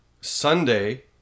Sunday